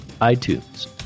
iTunes